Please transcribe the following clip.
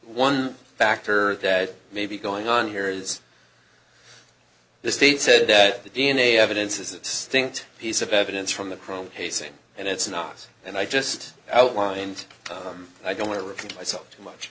one factor that may be going on here is the state said that the d n a evidence is that stinks piece of evidence from the chrome pacing and it's an os and i just outlined i don't want to repeat myself too much